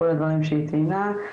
כל הדברים שהיא ציינה,